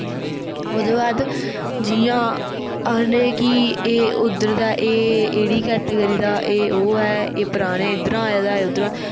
ओह्दे बाद जि'यां आक्खने कि एह् उद्धर दा एह् एकड़ी केटागिरी दा ऐ ओह् ऐ एह् पराने इद्धरां आए दा उद्धरां